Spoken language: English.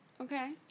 Okay